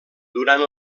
durant